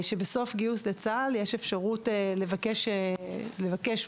שבסוף הגיוס לצה"ל יש אפשרות לבקש מתווה